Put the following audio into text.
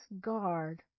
guard